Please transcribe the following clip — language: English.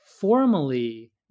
formally